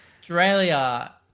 Australia